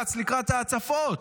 מומלץ לקראת ההצפות.